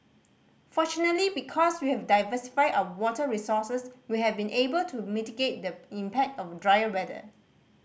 fortunately because we have diversified our water resources we have been able to mitigate the impact of drier weather